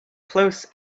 close